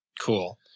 Cool